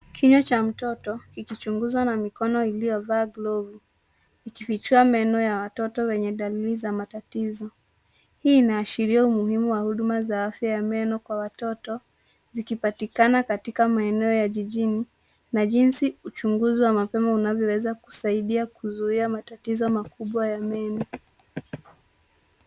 Kinywa cha mtoto kikichunguzwa na mikono iliyovaa glovu, ikifichua maneno ya watoto wenye dalili ya matatizo. Hii inaashiria umuhimu wa huduma za afya ya meno kwa watoto, zikipatikana katika maeneo ya jijini. Na jinsi uchunguzi wa mapema unavyoweza kusaidia kuzuia matatizo makubwa ya meno.